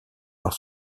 par